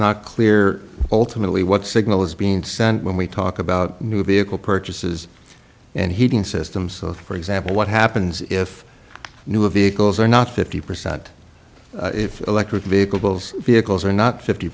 not clear ultimately what signal is being sent when we talk about new vehicle purchases and heating systems for example what happens if new vehicles are not fifty percent if electric vehicles vehicles are not fifty